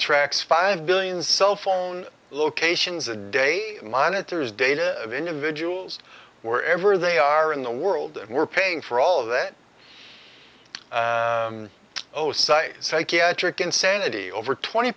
tracks five billion cell phone locations a day monitors data of individuals who are ever they are in the world and we're paying for all of that oh site psychiatric insanity over twenty